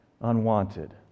unwanted